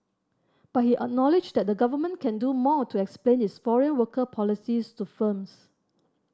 but he acknowledged that the Government can do more to explain its foreign worker policies to firms